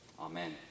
Amen